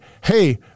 hey